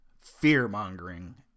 fear-mongering